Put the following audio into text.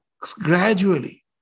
gradually